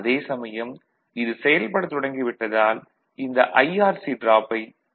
அதே சமயம் இது செயல்படத் தொடங்கிவிட்டதால் இந்த IRC டிராப்பைப் புறந்தள்ளிவிட முடியாது